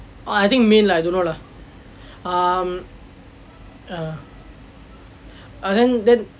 oh I think main lah I don't know lah um err ah then then